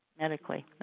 medically